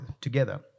together